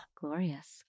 glorious